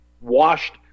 washed